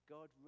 God